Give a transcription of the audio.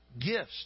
gifts